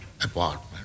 apartment